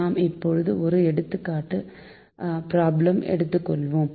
நாம் இப்போது ஒரு எடுத்துக்காட்டு பிராப்ளம் எடுத்துக்கொள்வோம்